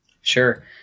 Sure